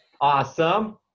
Awesome